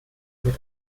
mit